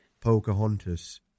Pocahontas